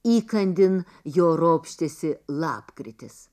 įkandin jo ropštėsi lapkritis